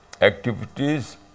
activities